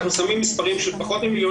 אנחנו שמים מספרים של פחות ממיליון